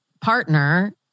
partner